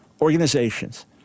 organizations